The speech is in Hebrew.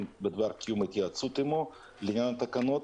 בדבר קיום התייעצות עמו לעניין התקנת